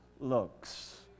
looks